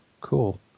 cool